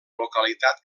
localitat